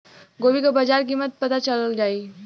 गोभी का बाजार कीमत पता चल जाई?